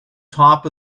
top